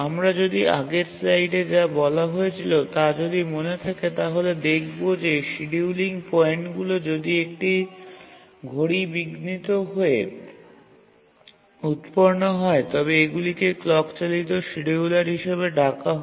আমরা যদি আগের স্লাইডে যা বলা হয়েছিল তা যদি মনে থাকে তাহলে দেখবো যে শিডিয়ুলিং পয়েন্টগুলি যদি একটি ঘড়ি বিঘ্নিত হয়ে উত্পন্ন হয় তবে এগুলিকে ক্লক চালিত শিডিয়ুলার হিসাবে ডাকা হয়